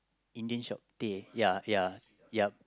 Indian shop teh ya ya ya